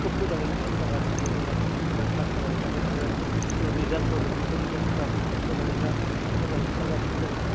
खोब मोजाङै क्लास जागासिनो दङ आरो क्लास जाबायबो थागोन आरो जिहेथु रिजाल्टफोर बेबो रिजाल्टफोरबो खोब मोजां गोजा खोब मोजां ओंखारगासिनो दङ